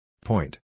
Point